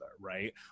right